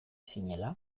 zinela